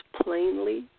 plainly